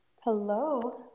Hello